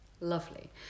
lovely